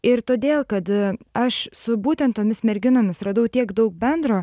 ir todėl kad aš su būtent tomis merginomis radau tiek daug bendro